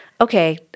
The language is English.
okay